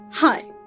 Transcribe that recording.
Hi